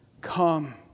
Come